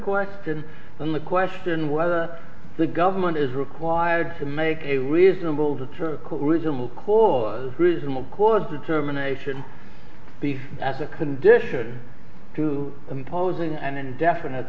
question than the question whether the government is required to make a reasonable to turn a reasonable cause reasonable cause determination as a condition to imposing an indefinite